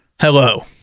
Hello